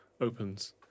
opens